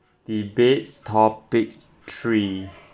debate topic three